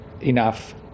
enough